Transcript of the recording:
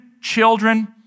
children